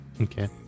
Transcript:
okay